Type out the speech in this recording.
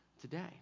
today